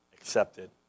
accepted